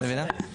את מבינה?